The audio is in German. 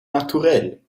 naturell